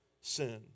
sin